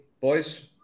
boys